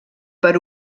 per